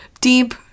deep